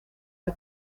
que